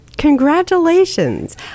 Congratulations